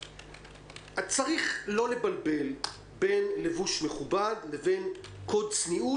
צריך לא לבלבל בין לבוש מכובד לבין קוד צניעות,